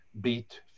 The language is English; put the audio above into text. Beat